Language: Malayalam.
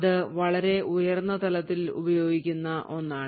അത് വളരെ ഉയർന്ന തലത്തിൽ ഉപയോഗിക്കുന്ന ഒന്നാണ്